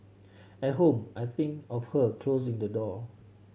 at home I think of her closing the door